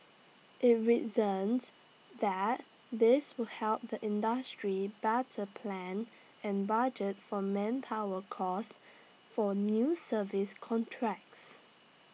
IT reasoned that this would help the industry better plan and budget for manpower costs for new service contracts